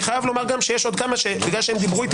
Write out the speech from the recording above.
אני חייב לומר שיש עוד כמה שבגלל שהם דיברו איתי